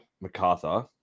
MacArthur